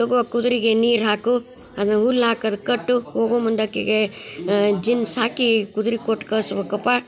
ತೊಗೋ ಕುದ್ರೆಗೆ ನೀರು ಹಾಕು ಅದನ್ನ ಉಲ್ಲಾಕ ಅದಕ್ಕ ಕಟ್ಟು ಹೋಗೋ ಮುಂದಕ್ಕೆಗೆ ಜೀನ್ಸ್ ಹಾಕಿ ಕುದ್ರೆ ಕೊಟ್ಟು ಕಳ್ಸ್ಬೇಕಪ್ಪ